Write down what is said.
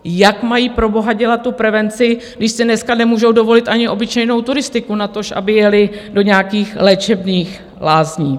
Jak mají proboha dělat tu prevenci, když si dneska nemůžou dovolit ani obyčejnou turistiku, natož aby jeli do nějakých léčebných lázní?